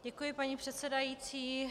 Děkuji, paní předsedající.